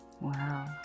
Wow